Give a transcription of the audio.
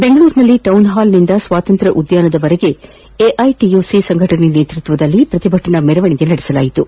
ಬೆಂಗಳೂರಿನಲ್ಲಿ ಚೌನ್ಹಾಲ್ ನಿಂದ ಸ್ವಾತಂತ್ರ್ ಉದ್ಯಾನದವರೆಗೂ ಎಐಟಿಯುಸಿ ಸಂಘಟನೆ ನೇತೃತ್ವದಲ್ಲಿ ಪ್ರತಿಭಟನಾ ಮೆರವಣಿಗೆ ನಡೆಸಲಾಯಿತು